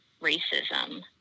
racism